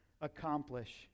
accomplish